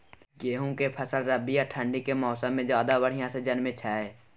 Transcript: गेहूं के फसल रबी आ ठंड के मौसम में ज्यादा बढ़िया से जन्में छै?